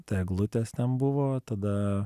tai eglutės ten buvo tada